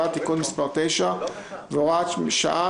ש"ס,